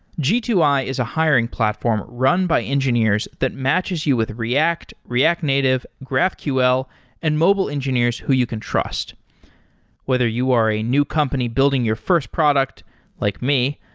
g two i is a hiring platform run by engineers that matches you with react, react native, graphql and mobile engineers who you can trust whether you are a new company building your first product like me,